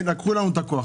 לקחו לנו את הכוח.